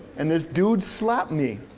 and this dude slapped me.